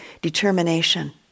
determination